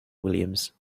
williams